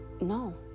No